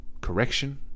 correction